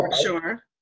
Sure